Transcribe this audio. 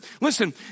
listen